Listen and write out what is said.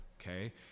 okay